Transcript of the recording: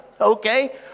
Okay